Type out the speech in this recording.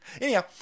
Anyhow